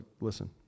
listen